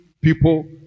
people